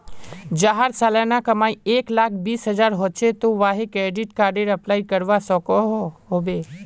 जहार सालाना कमाई एक लाख बीस हजार होचे ते वाहें क्रेडिट कार्डेर अप्लाई करवा सकोहो होबे?